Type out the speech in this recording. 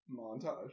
montage